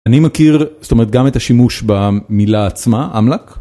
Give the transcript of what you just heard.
אני מכיר, זאת אומרת, גם את השימוש במילה עצמה אמ; לק.